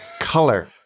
color